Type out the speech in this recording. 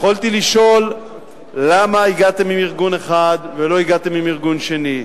יכולתי לשאול למה הגעתם עם ארגון אחד ולא הגעתם עם הארגון השני.